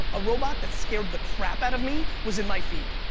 a robot that scared the crap out of me was in my feed.